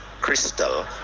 crystal